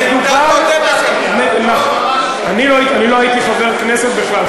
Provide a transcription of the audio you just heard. אני לא הייתי חבר כנסת בכלל,